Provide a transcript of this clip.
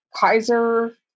Kaiser